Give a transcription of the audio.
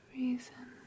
reason